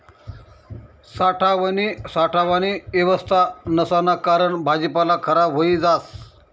साठावानी येवस्था नसाना कारण भाजीपाला खराब व्हयी जास